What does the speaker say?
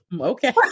Okay